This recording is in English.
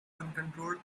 uncontrolled